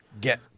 get